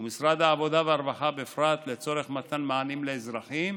ומשרד העבודה והרווחה בפרט לצורך מתן מענים לאזרחים,